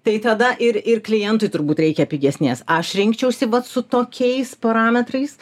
tai tada ir ir klientui turbūt reikia pigesnės aš rinkčiausi vat su tokiais parametrais